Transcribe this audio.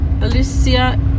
Alicia